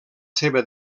seva